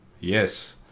Yes